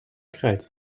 krijt